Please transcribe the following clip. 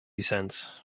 cents